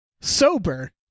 sober